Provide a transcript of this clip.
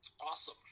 Awesome